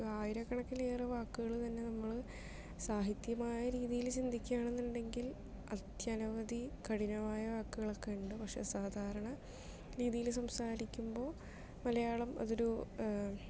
ഒരു ആയിരക്കണക്കിന് ഏറെ വാക്കുകൾ തന്നെ നമ്മൾ സാഹിത്യമായ രീതിയിൽ ചിന്തിക്കുകയാണെന്ന് ഉണ്ടെങ്കിൽ അത്യനവധി കഠിനമായ വാക്കുകളൊക്കെ ഉണ്ട് പക്ഷെ സാധാരണ രീതിയിൽ സംസാരിക്കുമ്പോൾ മലയാളം അതൊരു